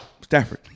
Stafford